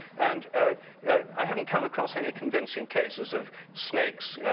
and ah i haven't come across any convincing cases of snakes,